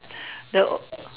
the o~